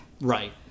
Right